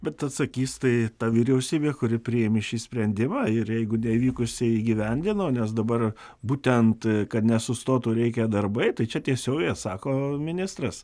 bet atsakys tai ta vyriausybė kuri priėmė šį sprendimą ir jeigu nevykusiai įgyvendino nes dabar būtent kad nesustotų reikia darbai tai čia tiesiogiai atsako ministras